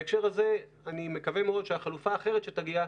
בהקשר הזה אני מקווה מאוד שהחלופה האחרת שתגיע,